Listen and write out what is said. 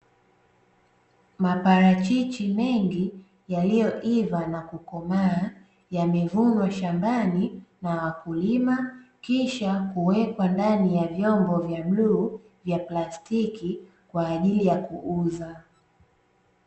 Maparachichi mengi yaliyoiva na kukomaa yamevunwa shambani na wakulima, kisha huwekwa ndani ya vyombo vya bluu vya plastiki kwa ajili ya kuuza.